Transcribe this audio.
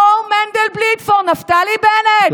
no Mendelblit for Naftali Bennet.